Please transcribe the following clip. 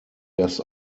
das